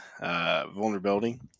vulnerability